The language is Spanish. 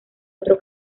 otro